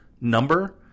number